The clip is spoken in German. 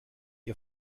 ihr